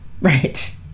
right